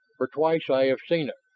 for twice i have seen it.